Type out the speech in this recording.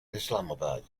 islamabad